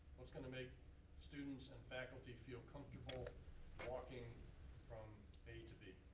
what's gonna make students and faculty feel comfortable walking from a to b.